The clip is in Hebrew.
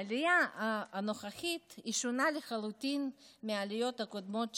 העלייה הנוכחית שונה לחלוטין מהעליות הקודמות,